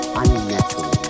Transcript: unnatural